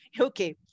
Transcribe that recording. Okay